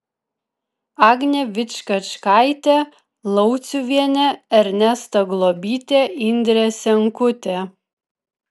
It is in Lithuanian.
agnė vičkačkaitė lauciuvienė ernesta globytė indrė senkutė